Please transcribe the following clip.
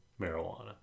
marijuana